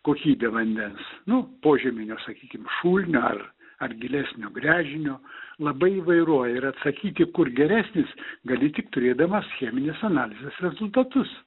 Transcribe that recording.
kokybė vandens nu požeminio sakykim šulinio ar ar gilesnio gręžinio labai įvairuoja ir atsakyti kur geresnis gali tik turėdamas cheminės analizės rezultatus